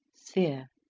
sphere.